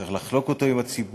צריך לחלוק אותו עם הציבור.